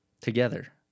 Together